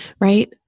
right